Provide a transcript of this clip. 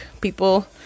people